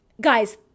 guys